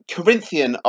Corinthian